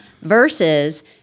versus